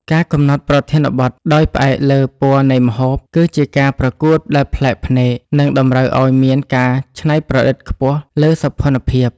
ការកំណត់ប្រធានបទដោយផ្អែកលើ ពណ៌នៃម្ហូប គឺជាការប្រកួតដែលប្លែកភ្នែក និងតម្រូវឱ្យមានការច្នៃប្រឌិតខ្ពស់លើសោភ័ណភាព។